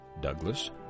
douglas